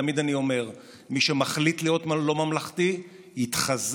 ותמיד אני אומר: מי שמחליט להיות לא ממלכתי, יתחזק